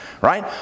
Right